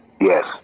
yes